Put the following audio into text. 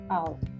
out